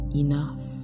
enough